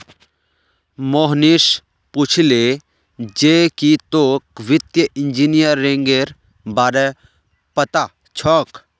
मोहनीश पूछले जे की तोक वित्तीय इंजीनियरिंगेर बार पता छोक